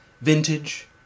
vintage